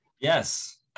Yes